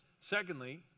Secondly